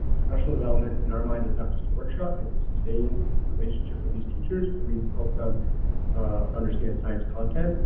professional development in our mind is not just a workshop it's a sustained relationship with these teachers. we help them understand science content,